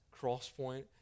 Crosspoint